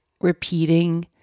repeating